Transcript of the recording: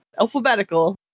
alphabetical